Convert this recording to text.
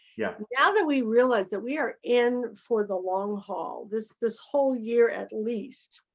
yeah now that we realize we are in for the long haul. this this whole year at least.